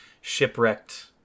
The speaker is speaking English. shipwrecked